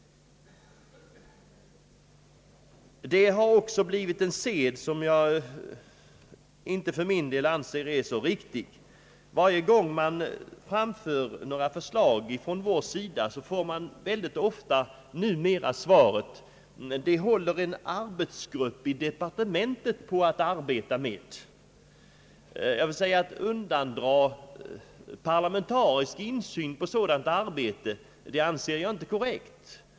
En sed, som jag inte anser är riktig, är att varje gång förslag från vårt håll framlägges, så får vi numera svaret: »Det sysslar en arbetsgrupp inom departementet med.« Att undandra parlamentarisk insyn i sådant arbete, anser jag inte korrekt.